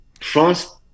France